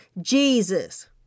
Jesus